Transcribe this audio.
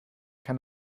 kann